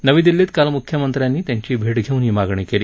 नवी दिल्लीत काल मुख्यमंत्र्यांनी त्यांची भेट घेऊन ही मागणी केली